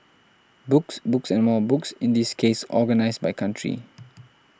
books books and more books in this case organised by country